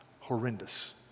horrendous